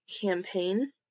campaign